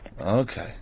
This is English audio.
Okay